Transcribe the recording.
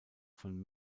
von